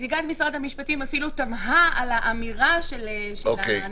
נציגת משרד המשפטים אפילו תמהה על האמירה של הנציג.